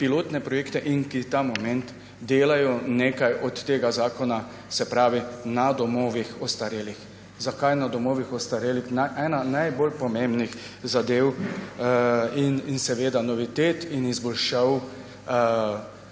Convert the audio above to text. pilotne projekte in ki ta moment delajo nekaj od tega zakona, se pravi, na domovih ostarelih. Zakaj na domovih ostarelih? Ena najbolj pomembnih zadev in novitet ter izboljšav